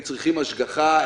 הם צריכים השגחה.